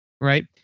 Right